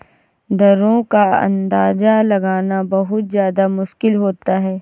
दरों का अंदाजा लगाना बहुत ज्यादा मुश्किल होता है